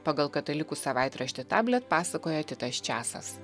pagal katalikų savaitraštį tablet pasakoja titas česas